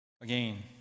again